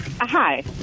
Hi